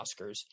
Oscars